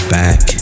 back